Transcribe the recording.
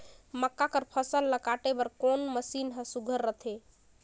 मक्का कर फसल ला काटे बर कोन मशीन ह सुघ्घर रथे?